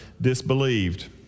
disbelieved